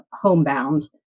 homebound